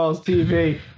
TV